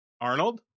arnold